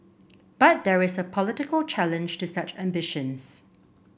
but there is a political challenge to such ambitions